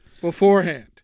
beforehand